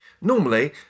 Normally